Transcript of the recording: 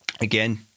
Again